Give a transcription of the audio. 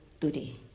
today